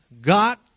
God